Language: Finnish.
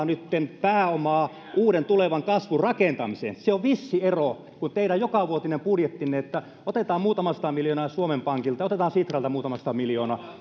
nytten pääomaa uuden tulevan kasvun rakentamiseen siinä on vissi ero teidän jokavuotiseen budjettiinne jossa otetaan muutama sata miljoonaa suomen pankilta otetaan sitralta muutama sata miljoonaa